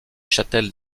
châtel